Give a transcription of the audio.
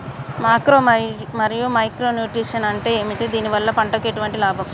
Macro మరియు micro nutrients అంటే ఏమిటి? దీనివల్ల పంటకు ఎటువంటి లాభం?